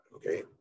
Okay